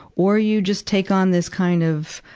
or you just take on this kind of,